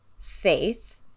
faith